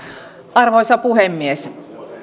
arvoisa puhemies